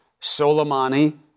Soleimani